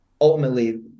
ultimately